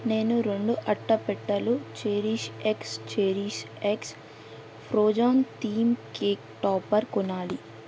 నేను రొండు అట్ట పెట్టెలు CherishX CherishX Frozen theme cake topper కొనాలి